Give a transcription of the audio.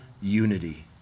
unity